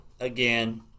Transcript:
again